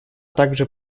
также